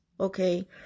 okay